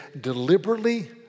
deliberately